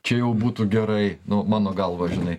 čia jau būtų gerai nu mano galva žinai